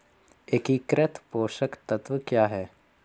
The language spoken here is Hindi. एकीकृत पोषक तत्व क्या है?